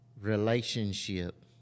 relationship